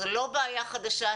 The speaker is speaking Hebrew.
זו לא בעיה חדשה,